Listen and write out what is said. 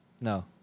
No